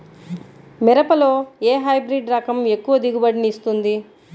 మిరపలో ఏ హైబ్రిడ్ రకం ఎక్కువ దిగుబడిని ఇస్తుంది?